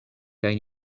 kaj